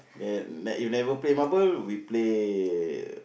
then like if never play marble we play